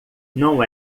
não